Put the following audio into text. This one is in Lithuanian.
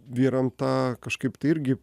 vyram tą kažkaip tai irgi